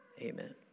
amen